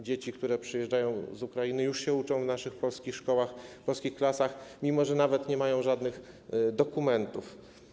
Dzieci, które przyjeżdżają z Ukrainy, już się uczą w naszych polskich szkołach, w polskich klasach, mimo że nawet nie mają żadnych dokumentów.